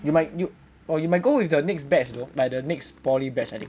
you might you or you might go with the next batch though like the next poly batch I think